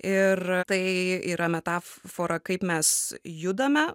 ir tai yra metafora kaip mes judame